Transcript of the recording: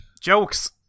Jokes